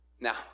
Now